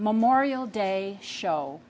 memorial day show